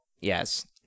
Yes